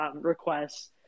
requests